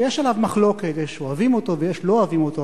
שיש עליו מחלוקת: יש אוהבים אותו ויש לא אוהבים אותו,